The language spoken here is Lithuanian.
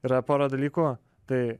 yra pora dalykų tai